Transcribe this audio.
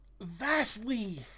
vastly